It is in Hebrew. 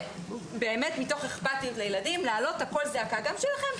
מתוך אכפתיות לילדים, להעלות קול זעקה גם שלכם.